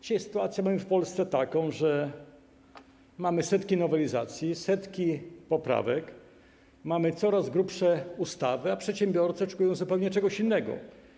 Dzisiaj mamy w Polsce taką sytuację, że są setki nowelizacji, setki poprawek, mamy coraz grubsze ustawy, a przedsiębiorcy oczekują zupełnie czegoś innego.